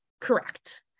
correct